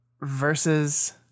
versus